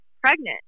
pregnant